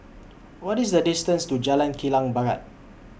What IS The distance to Jalan Kilang Barat